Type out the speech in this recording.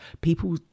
people